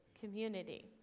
community